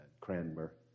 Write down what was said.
Cranmer